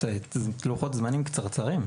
יש לוחות זמנים קצרצרים.